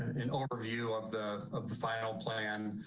an overview of the of the final plan.